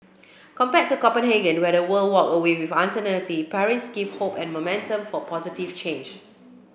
compared to Copenhagen where the world walked away with uncertainty Paris gave hope and momentum for positive change